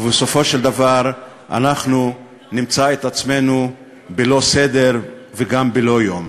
ובסופו של דבר אנחנו נמצא את עצמנו בלא סדר וגם בלא יום.